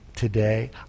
Today